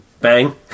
Bang